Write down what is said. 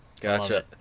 Gotcha